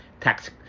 tax